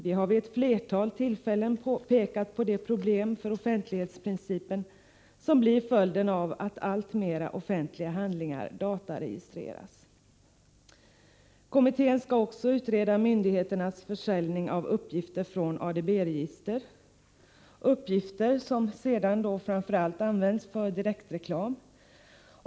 Vi har vid ett flertal tillfällen pekat på de problem för offentlighetsprincipen som blir följden av att allt fler offentliga handlingar dataregistreras. Kommittén skall också utreda myndigheternas försäljning av uppgifter från ADB-register, uppgifter som sedan används framför allt för direktreklam.